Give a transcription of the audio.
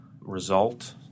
result